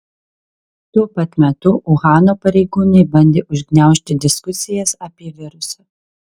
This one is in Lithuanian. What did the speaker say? tuo pat metu uhano pareigūnai bandė užgniaužti diskusijas apie virusą